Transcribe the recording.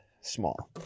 small